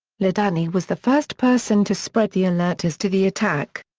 ladany was the first person to spread the alert as to the attack.